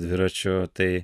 dviračiu tai